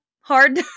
hard